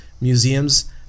museums